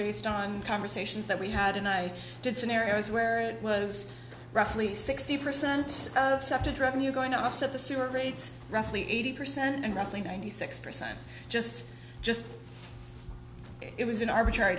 based on conversations that we had and i did scenarios where it was roughly sixty percent of subject revenue going to offset the sewer rates roughly eighty percent and roughly ninety six percent just just it was an arbitrary